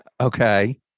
okay